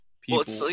people